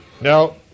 Now